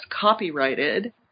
copyrighted